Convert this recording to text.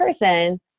person